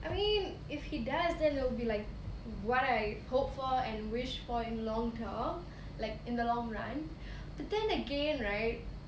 I mean if he does then it'll be like what I hope for and wish for in long term like in the long run but then again right